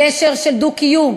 גשר של דו-קיום,